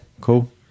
cool